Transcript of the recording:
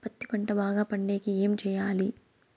పత్తి పంట బాగా పండే కి ఏమి చెయ్యాలి?